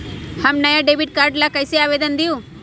हम नया debit card ला कईसे आवेदन दिउ?